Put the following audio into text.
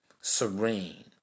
Serene